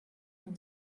nous